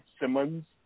Simmons